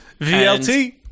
VLT